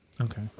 Okay